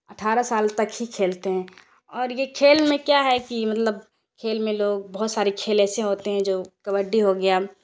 اٹھارہ سال تک ہی کھیلتے ہیں اور یہ کھیل میں کیا ہے کہ مطلب کھیل میں لوگ بہت سارے کھیل ایسے ہوتے ہیں جو کبڈی ہو گیا